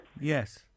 yes